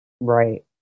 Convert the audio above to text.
Right